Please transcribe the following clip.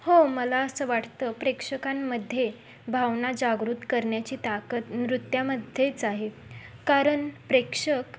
हो मला असं वाटतं प्रेक्षकांमध्ये भावना जागृत करण्याची ताकद नृत्यामध्येच आहे कारण प्रेक्षक